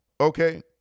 okay